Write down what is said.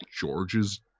George's